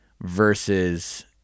versus